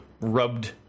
rubbed